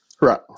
right